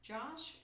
Josh